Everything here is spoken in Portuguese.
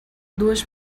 duas